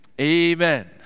Amen